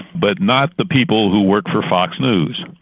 but not the people who work for fox news.